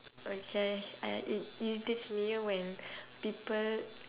okay I I it irritates me when people